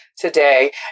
today